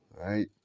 right